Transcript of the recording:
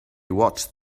watched